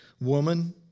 woman